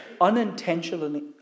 unintentionally